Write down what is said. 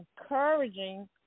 encouraging